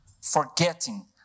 forgetting